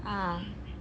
ah